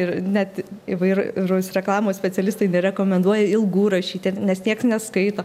ir net įvairūs reklamos specialistai nerekomenduoja ilgų rašyti nes nieks neskaito